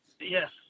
Yes